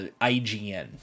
IGN